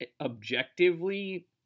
objectively